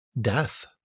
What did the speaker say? death